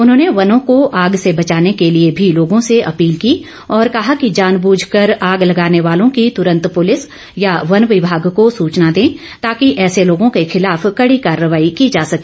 उन्होंने वनों को आग से बचाने की भी लोगों से अपील की और कहा कि जानबुझ कर आग लगाने वालों की तुरंत पुलिस या वन विभाग को सूचना दें ताकि ऐसे लोगों के खिलाफ कड़ी कार्रवाई की जा सके